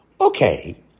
Okay